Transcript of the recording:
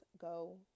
go